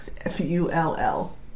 F-U-L-L